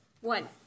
One